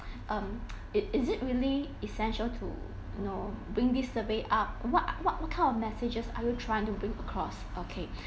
um it is it really essential to you know bring this survey up what uh what what kind of messages are you trying to bring across okay so